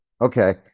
okay